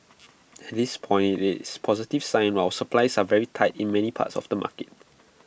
at this point IT is A positive sign while supplies are very tight in many parts of the market